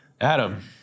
Adam